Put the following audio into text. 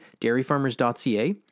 dairyfarmers.ca